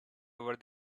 over